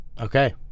Okay